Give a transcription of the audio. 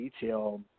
detail